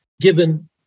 given